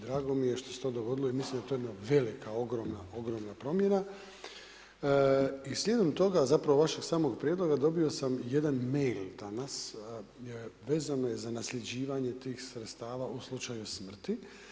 Drago mi je što se to dogodilo i mislim da je to velika ogromna, ogromna promjena, e i slijedom toga zapravo od vašeg samog prijedloga dobio sam jedan mail danas, vezan je za nasljeđivanje tih sredstava u slučaju smrti.